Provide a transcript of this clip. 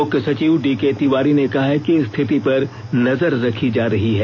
मुख्य सचिव डीके तिवारी ने कहा है कि स्थिति पर नजर रखी जा रही है